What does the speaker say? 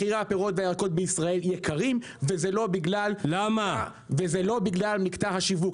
מחירי הפירות והירקות בישראל יקרים וזה לא בגלל מקטע השיווק,